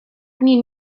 dni